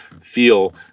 feel